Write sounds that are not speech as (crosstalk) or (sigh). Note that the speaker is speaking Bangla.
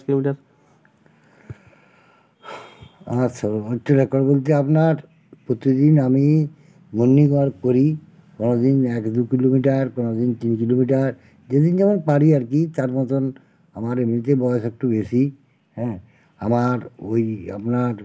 আচ্ছা (unintelligible) বলতে আপনার প্রতিদিন আমি মর্নিং ওয়াক করি কোনো দিন এক দু কিলোমিটার কোনো দিন তিন কিলোমিটার যে দিন যেমন পারি আর কি তার মতন আমার এমনিতে বয়স একটু বেশি হ্যাঁ আমার ওই আপনার